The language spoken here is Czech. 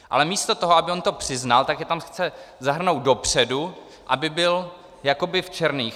Ale místo toho, aby to přiznal, tak je tam chce zahrnout dopředu, aby byl jakoby v černých.